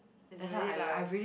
is really life